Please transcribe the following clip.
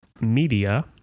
media